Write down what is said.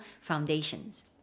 foundations